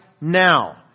now